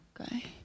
Okay